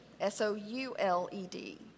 S-O-U-L-E-D